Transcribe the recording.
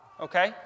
okay